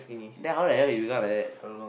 then how the hell you become like that